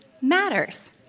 matters